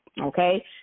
okay